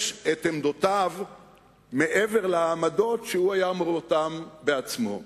את עמדותיו מעבר לעמדות שהוא היה אומר בעצמו.